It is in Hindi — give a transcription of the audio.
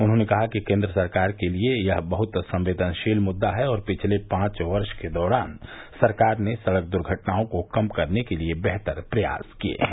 उन्होंने कहा कि केन्द्र सरकार के लिए यह बहत संवेदनशील मृद्दा है और पिछले पांच वर्ष के दौरान सरकार ने सड़क द्र्घटनाओं को कम करने के लिए बेहतर प्रयास किये हैं